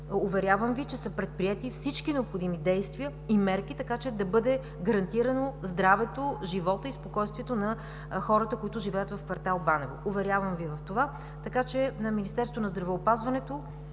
Уверявам Ви, че са предприети всички необходими действия и мерки, така че да бъде гарантирано здравето, животът и спокойствието на хората, които живеят в кв. „Банево“. Уверявам Ви в това! Министерството на здравеопазването